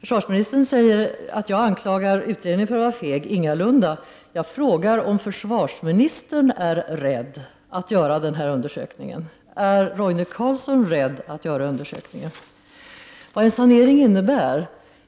Försvarsministern säger att jag anklagar utredningen för att vara feg. Ingalunda, jag frågar om försvarsministern är rädd att göra den här undersökningen. Är Roine Carlsson rädd att göra undersökningen?